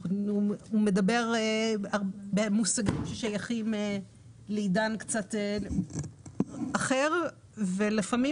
הוא מדבר במושגים ששייכים לעידן קצת אחר ולפעמים